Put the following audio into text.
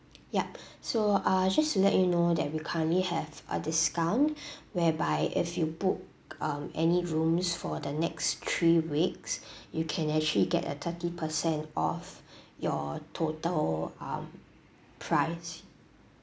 yup so uh just to let you know that we currently have a discount whereby if you book um any rooms for the next three weeks you can actually get a thirty percent off your total um price